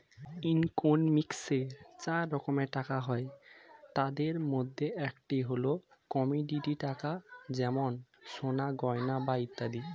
ইকোনমিক্সে চার রকম টাকা হয়, তাদের মধ্যে একটি হল কমোডিটি টাকা যেমন সোনার গয়না বা ইত্যাদি